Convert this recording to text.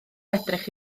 edrych